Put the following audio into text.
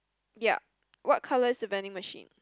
ya what colour is the vending machine